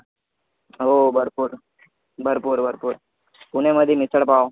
हो भरपूर भरपूर भरपूर पुण्यामध्ये मिसळपाव